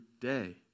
day